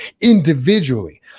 individually